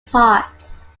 parts